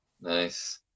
Nice